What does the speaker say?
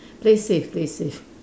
play safe play safe